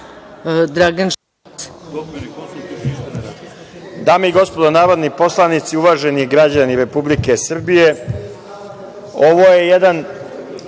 Dame i gospodo narodni poslanici, uvaženi građani Republike Srbije ovo je jedan